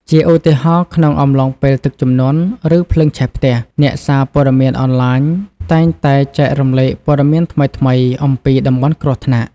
ជាឧទាហរណ៍ ក្នុងអំឡុងពេលទឹកជំនន់ ឬភ្លើងឆេះផ្ទះ អ្នកសារព័ត៌មានអនឡាញតែងតែចែករំលែកព័ត៌មានថ្មីៗអំពីតំបន់គ្រោះថ្នាក់។